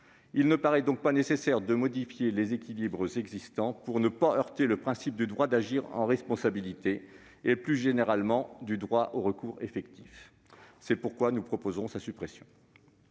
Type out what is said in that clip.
Il semble donc nécessaire de ne pas modifier les équilibres existants pour ne pas heurter le principe du droit d'agir en responsabilité et, plus généralement, du droit au recours effectif. C'est pourquoi nous proposerons la suppression